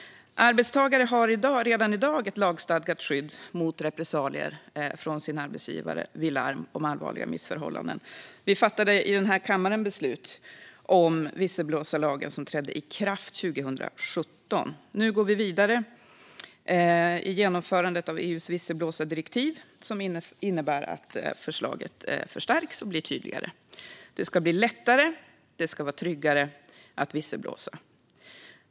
Arbetstagare har redan i dag ett lagstadgat skydd mot repressalier från sin arbetsgivare vid larm om allvarliga missförhållanden. Vi fattade i den här kammaren beslut om den visselblåsarlag som trädde i kraft 2017. Nu går vi vidare i genomförandet av EU:s visselblåsardirektiv, vilket innebär att skyddet förstärks och blir tydligare. Det ska bli lättare och tryggare att visselblåsa.